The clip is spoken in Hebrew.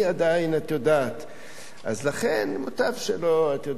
אני עדיין, את יודעת, אז לכן מוטב שלא.